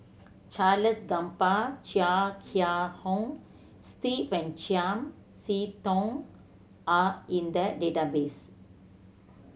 Charles Gamba Chia Kiah Hong Steve and Chiam See Tong are in the database